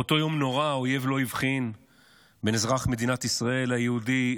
באותו יום נורא האויב לא הבחין בין אזרח מדינת ישראל היהודי,